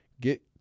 Get